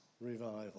revival